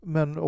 Men